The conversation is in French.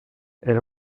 elle